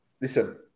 listen